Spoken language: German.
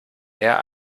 eher